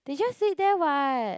they just sit there what